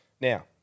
Now